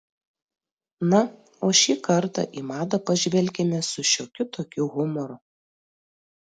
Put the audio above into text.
na o šį kartą į madą pažvelkime su šiokiu tokiu humoru